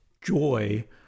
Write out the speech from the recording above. joy